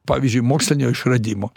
pavyzdžiui mokslinio išradimo